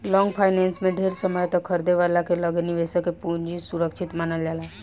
long finance में ढेर समय तक खरीदे वाला के लगे निवेशक के पूंजी सुरक्षित मानल जाला